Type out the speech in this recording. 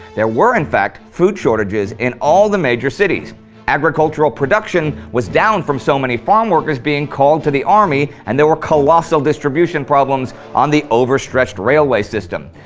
there were, in fact, food shortages in all the major cities agricultural production was down from so many farm workers being called to the army and there were colossal distribution problems on the overstretched railway system.